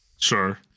Sure